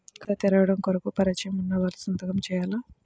ఖాతా తెరవడం కొరకు పరిచయము వున్నవాళ్లు సంతకము చేయాలా?